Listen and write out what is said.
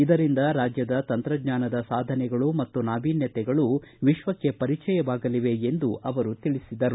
ಇದರಿಂದ ರಾಜ್ಯದ ತಂತ್ರಜ್ಞಾನದ ಸಾಧನೆಗಳು ಮತ್ತು ನಾವಿನ್ಯತೆಗಳು ವಿಶ್ವಕ್ಷೆ ಪರಿಚಯವಾಗಲಿವೆ ಎಂದು ತಿಳಿಸಿದರು